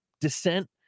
dissent